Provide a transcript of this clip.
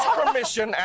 permission